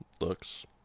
looks